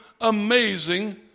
amazing